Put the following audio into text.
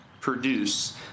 produce